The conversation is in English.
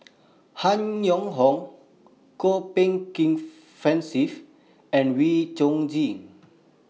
Han Yong Hong Kwok Peng Kin Francis and Wee Chong Jin